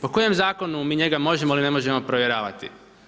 Po kojem zakonu mi njega možemo ili ne možemo provjeravati?